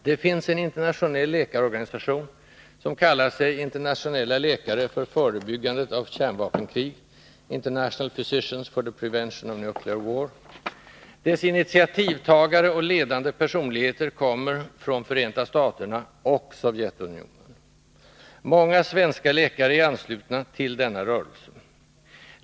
Det finns en internationell läkarorganisation som kallar sig ”Internationella läkare för förebyggandet av kärnvapenkrig” . Dess initiativtagare och ledande personligheter kommer från Förenta staterna och Sovjetunionen. Många svenska läkare är anslutna till denna rörelse.